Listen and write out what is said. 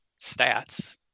stats